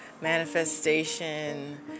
manifestation